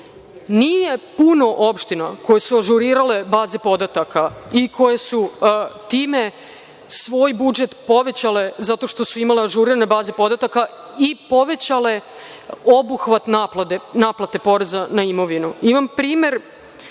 puno opština koje su ažurirale baze podataka i koje su time svoj budžet povećale zato što su imale ažurirane baze podataka i povećale obuhvat naplate poreza na imovinu. Imam primer